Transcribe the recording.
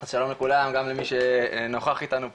אז שלום לכולם גם למי שנוכח איתנו פה,